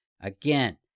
Again